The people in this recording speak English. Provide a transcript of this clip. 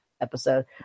episode